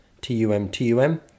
T-U-M-T-U-M